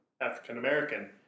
African-American